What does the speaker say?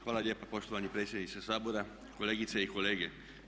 Hvala lijepa poštovani predsjedniče Sabora, kolegice i kolege.